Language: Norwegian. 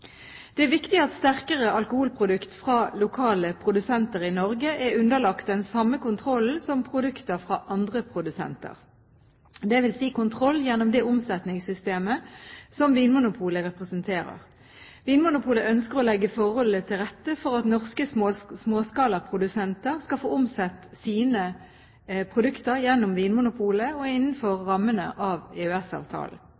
Det er viktig at sterkere alkoholprodukter fra lokale produsenter i Norge er underlagt den samme kontrollen som produkter fra andre produsenter, det vil si kontroll gjennom det omsetningssystemet som Vinmonopolet representerer. Vinmonopolet ønsker å legge forholdene til rette for at norske småskalaprodusenter skal få omsatt sine produkter gjennom Vinmonopolet – og